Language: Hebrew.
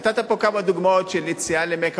נתת פה כמה דוגמאות של יציאה למכה.